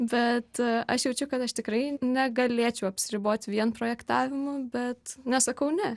bet aš jaučiu kad aš tikrai negalėčiau apsiriboti vien projektavimu bet nesakau ne